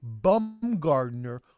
Bumgardner